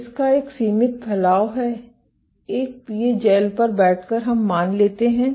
तो इसका एक सीमित फैलाव है एक पीए जैल पर बैठकर हम मान लेते हैं